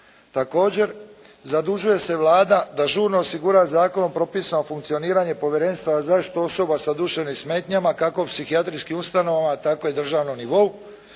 Također zadužuje se Vlada da žurno osigura zakonom propisano funkcioniranje povjerenstava za zaštitu osoba sa duševnim smetnjama kako u psihijatrijskim ustanovama tako i državnom nivou.